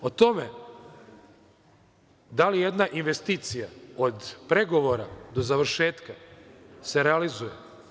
O tome da li jedna investicija od pregovora do završetka se realizuje.